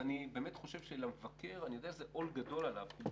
אני באמת חושב שלמבקר אני יודע שזה עול גדול עליו כי זה